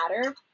matter